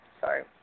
Sorry